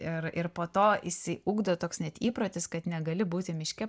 ir ir po to išsiugdo toks net įprotis kad negali būti miške